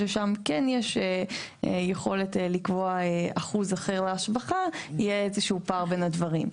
ששם כן יש יכולת לקבוע אחוז אחר להשבחה יהיה איזה שהוא פער בין הדברים,